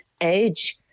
age